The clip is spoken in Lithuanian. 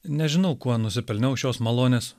nežinau kuo nusipelniau šios malonės